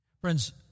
Friends